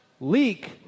leak